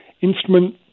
instrument